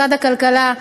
משרד הכלכלה,